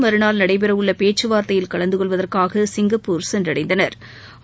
மறுநாள் நடைபெற உள்ள பேச்சு வார்த்தையில் கலந்து கொள்வதற்காக சிங்கப்பூர் சென்றடைந்தனா்